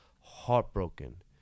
Heartbroken